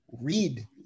read